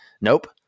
Nope